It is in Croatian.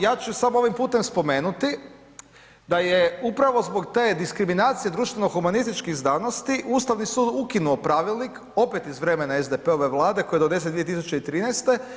Ja ću samo ovim putem spomenuti da je upravo zbog te diskriminacije društveno humanističkih znanosti Ustavni sud ukinuo pravilnik, opet iz vremena SDP-ove Vlade koji je donesen 2013.